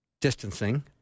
distancing